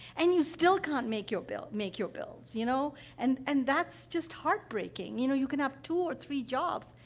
and you still can't make your bill make your bills, you know? and and that's just heartbreaking. you know, you can have two or three jobs,